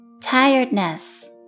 Tiredness